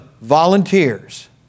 volunteers